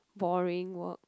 boring work